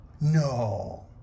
No